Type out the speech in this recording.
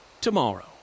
tomorrow